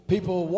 People